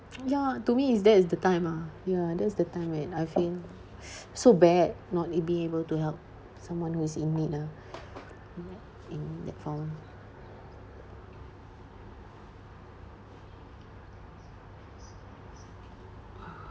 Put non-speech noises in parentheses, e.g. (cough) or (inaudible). ya to me is that the time ah ya that's the time when I feel (breath) so bad not being able to help someone who's in need ah that in that form